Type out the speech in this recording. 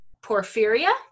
porphyria